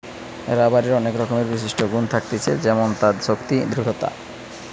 রাবারের অনেক রকমের বিশিষ্ট গুন থাকতিছে যেমন তার শক্তি, দৃঢ়তা